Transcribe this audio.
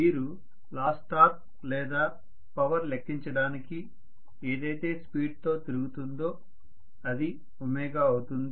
మీరు loss torque లేదా power లెక్కించడానికి ఏదైతే స్పీడ్ తో తిరుగుతుందో అది ω అవుతుంది